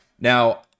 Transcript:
Now